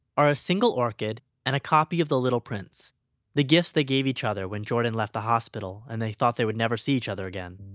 are a single orchid and a copy of the little prince the gifts they gave each other when jordan left the hospital and they thought they would never see each other again.